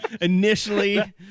initially